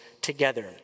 together